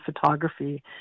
photography